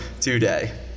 today